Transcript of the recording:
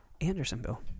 Andersonville